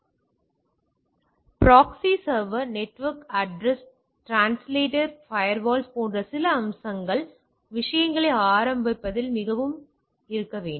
எனவே proxy server network address translator firewall போன்ற சில அம்சங்கள் சில அம்சங்கள் அல்லது விஷயங்கள்